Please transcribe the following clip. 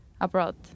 abroad